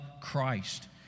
Christ